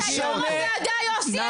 אתה יו"ר הוועדה יוסי,